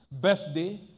Birthday